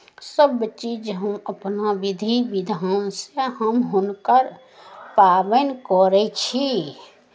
सभचीज हम अपना विधि विधानसँ हम हुनकर पाबनि करै छी